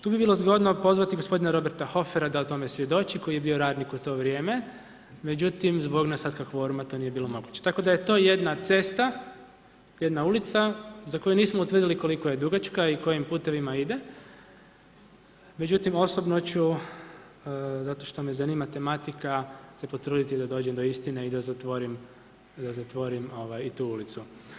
Tu bi bilo zgodno pozvati gospodina Roberta Hoffera dao tome svjedoči koji je bio radnik u to vrijeme međutim zbog nedostatka kvoruma to nije bilo moguće tako da je to jedna cesta, jedna ulica za koju nismo utvrdili koliko je dugačka i kojim putevima ide međutim osobno ću zato što me zanima tematika se potruditi da dođem do istine i da zatvorim i tu ulicu.